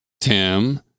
Tim